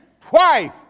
twice